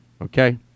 Okay